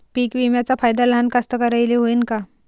पीक विम्याचा फायदा लहान कास्तकाराइले होईन का?